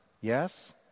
Yes